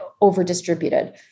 over-distributed